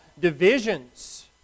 divisions